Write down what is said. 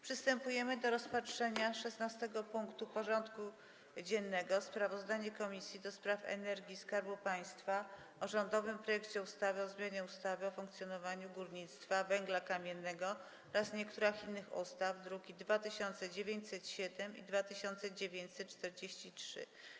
Przystępujemy do rozpatrzenia punktu 16. porządku dziennego: Sprawozdanie Komisji do Spraw Energii i Skarbu Państwa o rządowym projekcie ustawy o zmianie ustawy o funkcjonowaniu górnictwa węgla kamiennego oraz niektórych innych ustaw (druki nr 2907 i 2943)